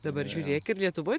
dabar žiūrėk ir lietuvoj